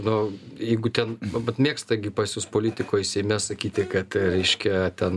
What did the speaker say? nu jeigu ten vat mėgsta gi pas jus politikoj seime sakyti kad reiškia ten